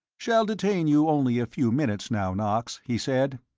shall detain you only a few minutes, now, knox, he said.